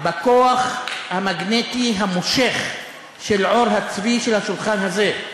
בכוח המגנטי המושך של עור הצבי ליד השולחן הזה.